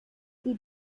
die